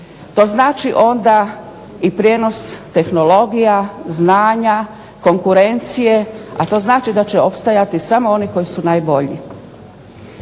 To znači onda i prijenos tehnologija, znanja, konkurencije a to znači da će opstajati samo oni koji su najbolji.